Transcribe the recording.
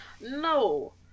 No